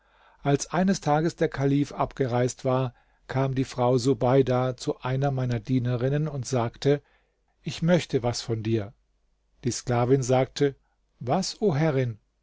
als eines tages der kalif abgereist war kam die frau subeida zu einer meiner dienerinnen und sagte ich möchte was von dir die sklavin sagte was o herrin